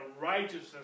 righteousness